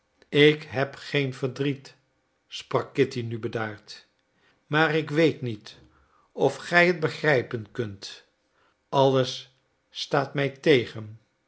ik heb geen verdriet sprak kitty nu bedaard maar ik weet niet of gij het begrijpen kunt alles staat mij tegen